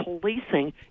policing